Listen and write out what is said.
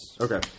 Okay